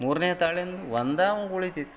ಮೂರನೇ ತಾಳಿಂದು ಒಂದೇ ಅಂವ್ಗೆ ಉಳೀತೈತ್ರಿ